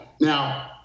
now